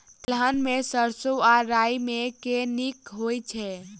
तेलहन मे सैरसो आ राई मे केँ नीक होइ छै?